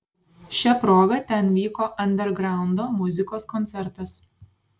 šia proga ten vyko andergraundo muzikos koncertas